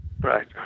Right